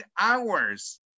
hours